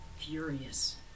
furious